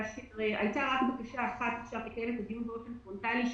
הייתה רק בקשה אחת לקיים את הדיון באופן פרונטלי,